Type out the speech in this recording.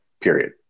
period